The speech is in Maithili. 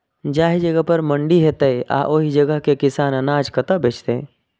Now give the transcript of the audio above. जाहि जगह पर मंडी हैते आ ओहि जगह के किसान अनाज कतय बेचते?